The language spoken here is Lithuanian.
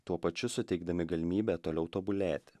tuo pačiu suteikdami galimybę toliau tobulėti